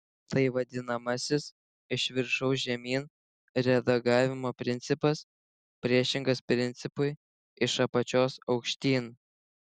tai vadinamasis iš viršaus žemyn redagavimo principas priešingas principui iš apačios aukštyn